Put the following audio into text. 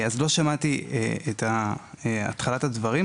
אז לא שמעתי את התחלת הדברים,